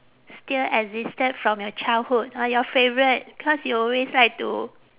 still existed from your childhood ah your favourite cause you always like to